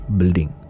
building